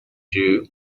jew